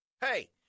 Hey